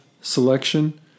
selection